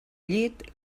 llit